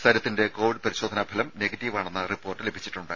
സരിത്തിന്റെ Covid പരിശോധനാ ഫലം നെഗറ്റീവാണെന്ന റിപ്പോർട്ട് ലഭിച്ചിട്ടുണ്ട്